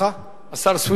היה אליהו סויסה.